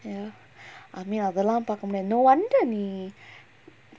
ya I mean அதெல்லாம் பாக்க முடியாது:athellam paakka mudiyathu wonder நீ:nee